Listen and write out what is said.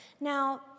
Now